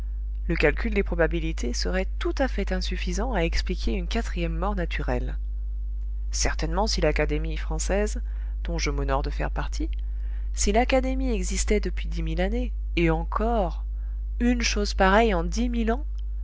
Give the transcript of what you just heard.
le calcul des probabilités serait tout à fait insuffisant à expliquer une quatrième mort naturelle certainement si l'académie française dont je m'honore de faire partie si l'académie existait depuis dix mille années et encore une chose pareille en dix mille ans